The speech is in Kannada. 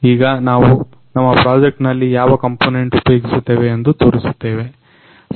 ಈಗ ನಾವು ನಮ್ಮ ಪ್ರಾಜೆಕ್ಟಿನಲ್ಲಿ ಯಾವ ಕಂಪೋನೆಂಟ್ ಉಪಯೋಗಿಸುತ್ತೇವೆ ಎಂದು ತೋರಿಸುತ್ತೇವೆ